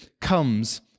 comes